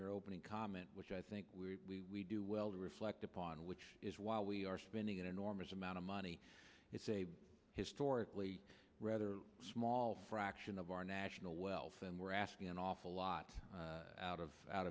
your opening comment which i think we do well to reflect upon which is while we are spending an enormous amount of money it's a historically rather small fraction of our national wealth and we're asking an awful lot out of out